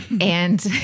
and-